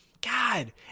God